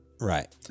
right